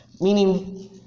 meaning